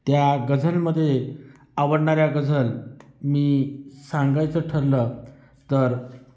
त्या गझलमध्ये आवडणाऱ्या गझल मी सांगायचं ठरलं तर